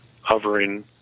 hovering